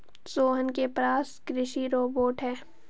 सोहन के पास कृषि रोबोट है